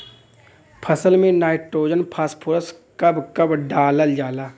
फसल में nitrogen phosphorus कब कब डालल जाला?